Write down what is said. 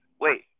Wait